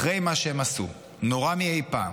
אחרי מה שהם עשו, נורא מאי פעם.